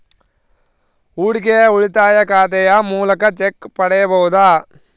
ಹೂಡಿಕೆಯ ಉಳಿತಾಯ ಖಾತೆಯ ಮೂಲಕ ಚೆಕ್ ಪಡೆಯಬಹುದಾ?